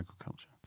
agriculture